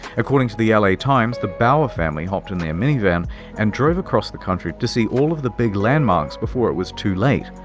according to the yeah la times, the bauer family hopped in their minivan and drove across the country to see all of the big landmarks before it was too late.